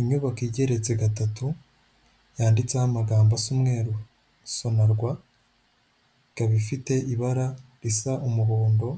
Inyubako igeretse gatatu yanditseho amagambo asa umweru sonarwa ikaba ifite ibara risa umuhondo